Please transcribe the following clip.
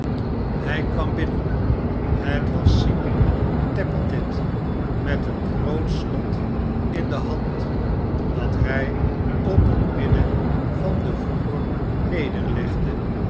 hij kwam binnen het was simon tappertit met een groot slot in de hand dat hij op het midden van den vloer nederlegd